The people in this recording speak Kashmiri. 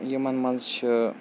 یِمَن منٛز چھِ